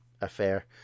affair